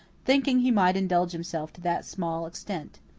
thinking he might indulge himself to that small extent.